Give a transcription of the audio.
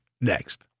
Next